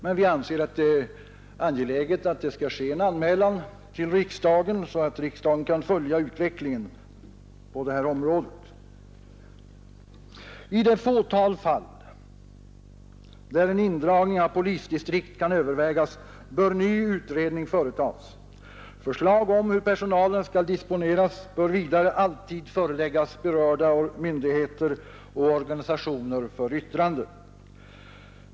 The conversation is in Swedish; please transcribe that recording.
Men vi anser att det är angeläget att det sker en anmälan till riksdagen, så att riksdagen kan följa utvecklingen på det här området. I det fåtal fall där en indragning av polisdistrikt kan övervägas bör ny utredning företas. Förslag om hur personalen skall disponeras bör vidare alltid föreläggas berörda myndigheter och organisationer för yttrande.